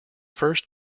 first